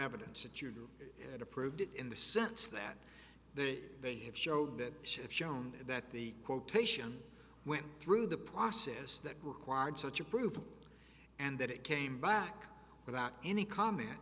evidence that you had approved in the sense that they they have showed that ship shown that the quotation went through the process that required such approval and that it came back without any comment